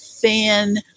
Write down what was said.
fan